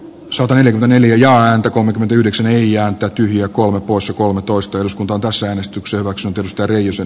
saklainen vaniljaanto kolmekymmentäyhdeksän eija ja tyhjiä kolme poissa kolmetoista eduskuntaan tasaäänestyksen eero reijosen